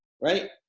Right